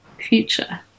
future